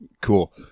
Cool